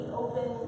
open